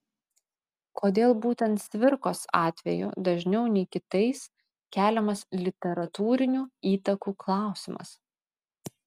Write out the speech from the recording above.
kodėl būtent cvirkos atveju dažniau nei kitais keliamas literatūrinių įtakų klausimas